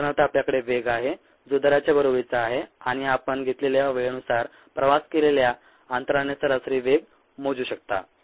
उदाहरणार्थ आपल्याकडे वेग आहे जो दराच्या बरोबरीचा आहे आणि आपण घेतलेल्या वेळेनुसार प्रवास केलेल्या अंतराने सरासरी वेग मोजू शकता